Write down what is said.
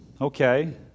Okay